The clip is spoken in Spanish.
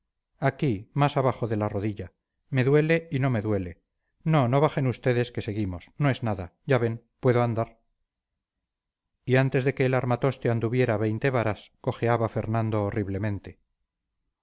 aquí más abajo de la rodilla me duele y no me duele no no bajen ustedes que seguimos no es nada ya ven puedo andar y antes de que el armatoste anduviera veinte varas cojeaba fernando horriblemente